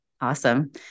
Awesome